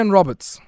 Roberts